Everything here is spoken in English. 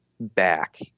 back